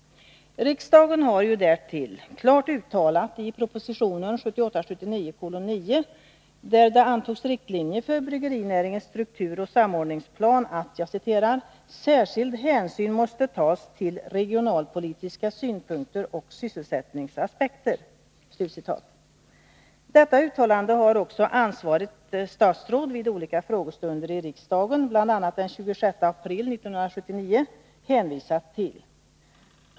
Riksdagen har därtill klart uttalat i propositionen 1978/79:9, där riktlinjer för bryggerinäringens strukturoch samordningsplan antogs, att ”särskild hänsyn måste tas till regionalpolitiska synpunkter och sysselsättningsaspekter”. Detta uttalande har också ansvarigt statsråd vid olika frågestunder i riksdagen, bl.a. den 26 april 1979, hänvisat till.